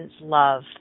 love